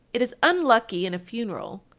it is unlucky in a funeral,